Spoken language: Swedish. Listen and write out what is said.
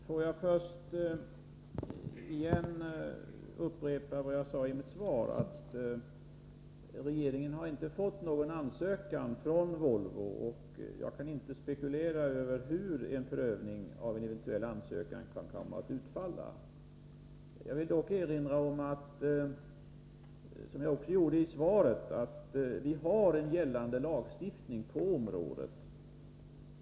Herr talman! Får jag först upprepa vad jag sade i mitt svar: Regeringen har inte fått någon ansökan från Volvo, och jag kan inte spekulera över hur en prövning av en eventuell ansökan kan komma att utfalla. Jag vill dock, som jag också gjorde i svaret, erinra om att vi har en gällande lagstiftning på området.